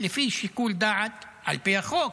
לפי שיקול דעת של המשרד,